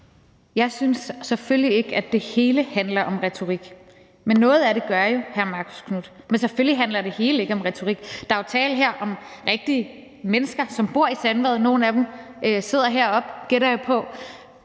Jeg synes selvfølgelig ikke, at det hele handler om retorik, men noget af det gør jo, hr. Marcus Knuth. Men selvfølgelig handler det hele ikke om retorik. Der er jo tale om rigtige mennesker, som bor i Sandvad, og nogle af dem sidder heroppe på